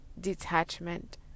Detachment